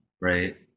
right